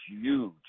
huge